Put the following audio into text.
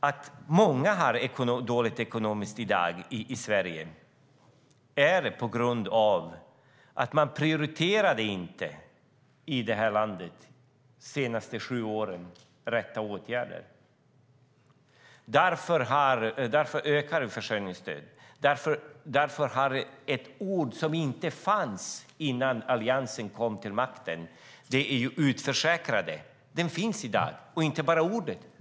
Att många har det dåligt ekonomiskt i Sverige i dag är på grund av att man i det här landet de senaste sju åren inte har prioriterat rätt åtgärder. Därför ökar försörjningsstödet. Ett ord som inte fanns innan Alliansen kom till makten är "utförsäkrad". Det finns i dag, och inte bara ordet.